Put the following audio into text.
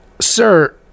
sir